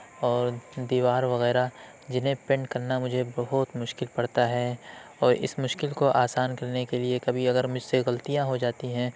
اور دیوار وغیرہ جنہیں پینٹ کرنا مجھے بہت مشکل پڑتا ہے اور اِس مشکل کو آسان کرنے کے لیے کبھی اگر مجھ سے غلطیاں ہو جاتی ہیں